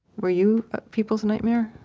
were you people's nightmare?